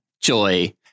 Joy